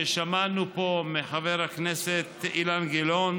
ששמענו פה מחבר הכנסת אילן גילאון